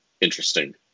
interesting